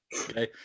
Okay